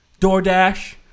DoorDash